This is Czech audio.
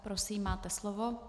Prosím, máte slovo.